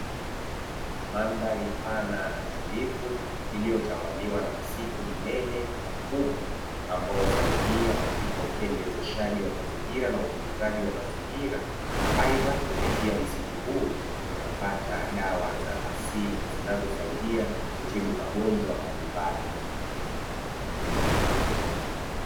Mandhari pana na tulivu iliyotawaliwa na msitu mkubwa na mnene, ambao husaidia katika upembezeshaji wa mazingira na utunzaji wa mazingira, aidha kupitia msitu huu tunapata dawa za asili zinazosaidia kutibu magonjwa mbalimbali.